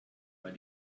weil